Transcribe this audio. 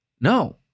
No